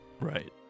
Right